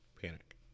panic